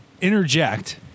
interject –